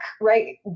right